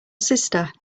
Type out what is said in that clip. sister